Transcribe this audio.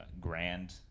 grand